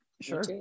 Sure